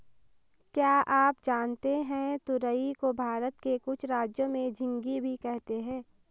क्या आप जानते है तुरई को भारत के कुछ राज्यों में झिंग्गी भी कहते है?